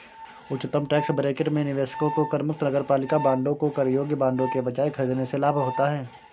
उच्चतम tax bracket में निवेशकों को करमुक्त नगरपालिका बांडों को कर योग्य बांडों के बजाय खरीदने से लाभ होता है